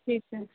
ठीक आहे